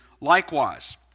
likewise